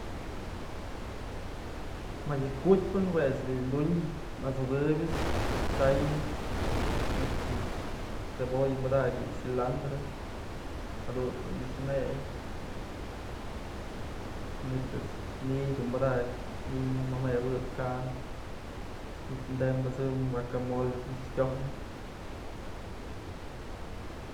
Më yë ku'utpyën juech bi'i yën dunyë, at'sukëbyëch say nëkxëch cebolla padakyë bi'i cilandro jadun dun nëkx mey manytë ni'iy dun padakyë, ni'i myaj mëmëwëp ka'an manytë tembësëmnë huacamole nëkxë kyojnë.